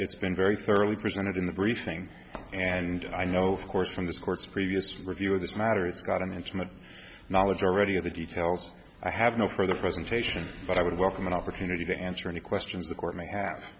it's been very thoroughly presented in the briefing and i know of course from this court's previous review of this matter it's got an intimate knowledge already of the details i have no further presentation but i would welcome an opportunity to answer any questions the court ma